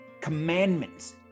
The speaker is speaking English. commandments